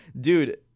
dude